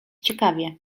ciekawie